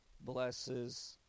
blesses